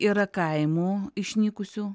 yra kaimų išnykusių